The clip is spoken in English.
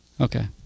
Okay